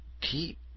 keep